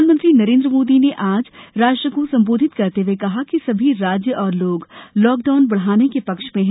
प्रधानमंत्री नरेन्द्र मोदी ने आज राष्ट्र को संबोधित करते हुए कहा कि सभी राज्य और लोग लॉकडाउन बढ़ाने के पक्ष में हैं